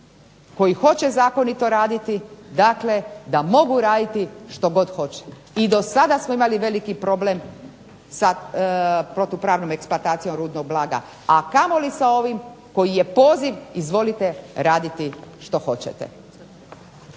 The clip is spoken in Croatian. koji hoće zakonito raditi, da mogu raditi što hoće. I do sada smo imali veliki problem sa protupravnom eksploatacijom rudnog blaga a kamoli sa ovim koji je poziv izvolite raditi što hoćete.